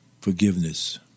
Forgiveness